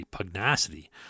pugnacity